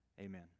amen